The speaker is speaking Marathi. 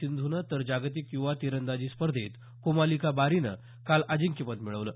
सिंधूनं तर जागतिक युवा तिरंदाजी स्पर्धेत कोमालिका बारीनं काल अजिंक्यपद मिळवलं